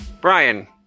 Brian